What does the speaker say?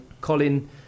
Colin